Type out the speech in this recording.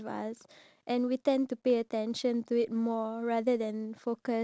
for me I feel like I can talk about anything